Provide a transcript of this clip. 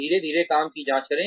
धीरे धीरे काम की जांच करें